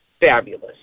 fabulous